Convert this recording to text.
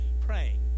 praying